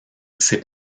ses